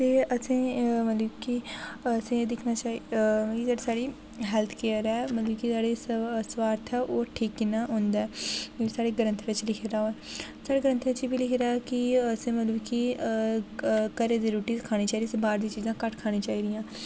असें ई मतलब कि असें ई दिक्खना चाहि्दा जेह्ड़ी साढ़ी हेल्थ केयर ऐ मतलब कि साढ़ी स्वास्थ्य ओह् ठीक कि'यां होंदा ऐ जेह्ड़े साढ़े ग्रंथ बिच लिखे दा साढ़े ग्रंथ बिच एह् बी लिखेदा ऐ कि असें मतलब कि घरै दी रुट्टी खानी चाहि्दी असें बाह्र दियां चीज़ां घट्ट खानी चाही दियां